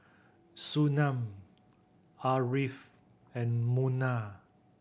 Surinam Ariff and Munah